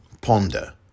Ponder